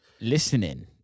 listening